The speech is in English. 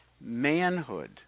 manhood